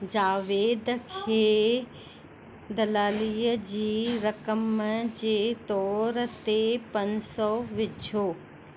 जावेद खे दलालीअ जी रक़म जे तौर ते पंज सौ विझो